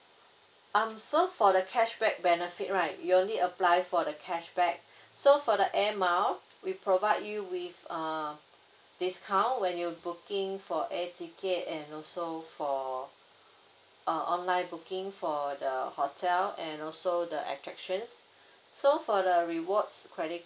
um so for the cashback benefit right you only apply for the cashback so for the air mile we provide you with uh discount when you booking for air ticket and also for uh online booking for the hotel and also the attractions so for the rewards credit